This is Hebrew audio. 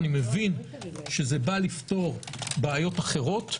אני מבין שזה בא לפתור בעיות אחרות,